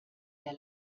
der